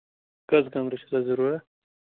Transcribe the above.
کٔژھ کَمرٕ چھِو تۅہہِ ضروٗرت